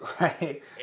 Right